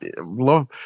love